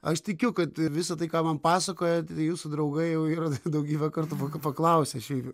aš tikiu kad visa tai ką man pasakojat jūsų draugai jau yra daugybę kartų paklausę šiaip jau